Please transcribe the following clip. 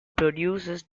produces